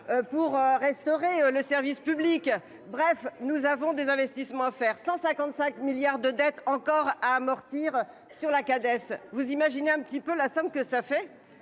Pour restaurer le service public. Bref, nous avons des investissements à faire 155 milliards de dettes encore à amortir sur la cadette. Vous imaginez un petit peu la somme que ça fait.